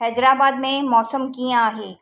हैदराबाद में मौसम कीअं आहे